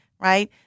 Right